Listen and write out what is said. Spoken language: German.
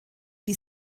die